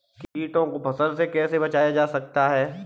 कीटों से फसल को कैसे बचाया जा सकता है?